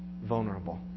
vulnerable